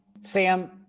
Sam